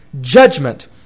judgment